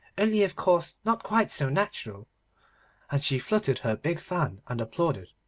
only of course not quite so natural and she fluttered her big fan, and applauded.